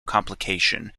complication